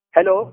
Hello